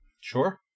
Sure